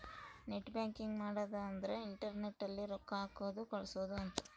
net banking ಮಾಡದ ಅಂದ್ರೆ internet ಅಲ್ಲೆ ರೊಕ್ಕ ಹಾಕೋದು ಕಳ್ಸೋದು ಅಂತ